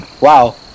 Wow